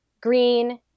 green